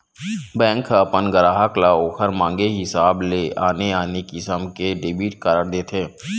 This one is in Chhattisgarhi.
बेंक ह अपन गराहक ल ओखर मांगे हिसाब ले आने आने किसम के डेबिट कारड देथे